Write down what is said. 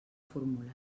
formulen